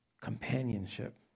Companionship